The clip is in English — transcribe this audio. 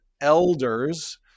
elders